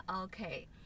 okay